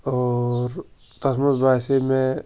اور تَتھ منٛز باسے مےٚ